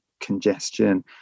congestion